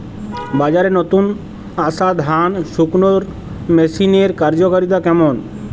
বাজারে নতুন আসা ধান শুকনোর মেশিনের কার্যকারিতা কেমন?